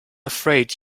afraid